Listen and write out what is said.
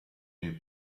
nei